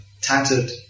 tattered